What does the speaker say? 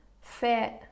fit